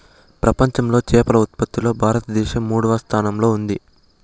ప్రపంచంలో చేపల ఉత్పత్తిలో భారతదేశం మూడవ స్థానంలో ఉంది